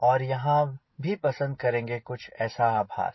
और यहाँ भी पसंद करेंगे कुछ ऐसा आभास